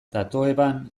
tatoeban